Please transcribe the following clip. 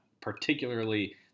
particularly